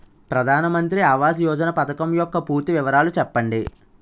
ప్రధాన మంత్రి ఆవాస్ యోజన పథకం యెక్క పూర్తి వివరాలు చెప్పండి?